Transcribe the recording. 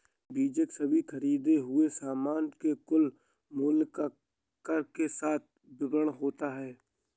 बीजक सभी खरीदें हुए सामान के कुल मूल्य का कर के साथ विवरण होता है